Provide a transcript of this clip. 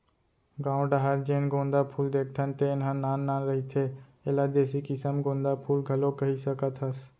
गाँव डाहर जेन गोंदा फूल देखथन तेन ह नान नान रहिथे, एला देसी किसम गोंदा फूल घलोक कहि सकत हस